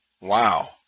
Wow